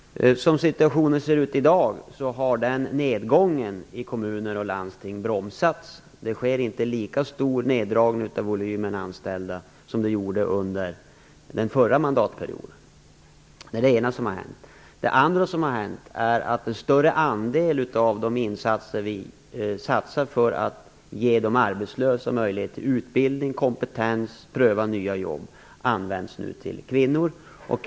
Som situationen ser ut i dag har nedgången i kommuner och landsting bromsats. Det sker inte lika stora neddragningar av volymen anställda som det gjorde under den förra mandatperioden. Det är det ena som har hänt. Det andra som har hänt är att en större andel av de insatser regeringen gör för att ge de arbetslösa möjligheter till utbildning och kompetens och till att pröva nya jobb nu kommer kvinnorna till del.